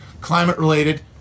Climate-related